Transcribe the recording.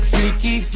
Freaky